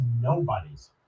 nobody's